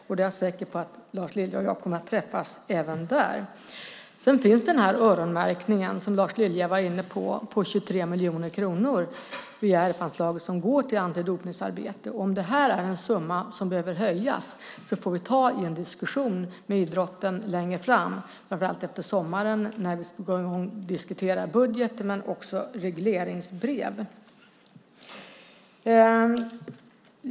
Jag är säker på att Lars Lilja och jag kommer att träffas även där. Sedan finns, som Lars Lilja var inne på, den öronmärkning på 23 miljoner kronor via RF-anslaget som går till antidopningsarbete. Om det här är en summa som behöver höjas får vi ta en diskussion med idrotten längre fram, framför allt efter sommaren då vi ska diskutera budgeten men också regleringsbrev.